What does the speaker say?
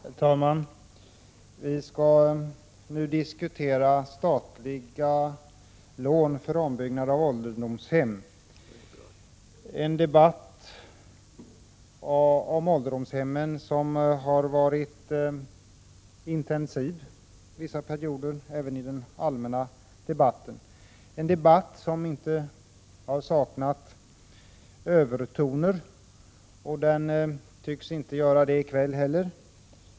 Herr talman! Vi skall nu diskutera statliga lån för ombyggnad av ålderdomshem. Debatten om ålderdomshem har varit intensiv vissa perioder, även i den allmänna diskussionen. Det har därvid inte saknats övertoner, och de tycks inte saknas i kväll heller.